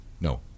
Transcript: no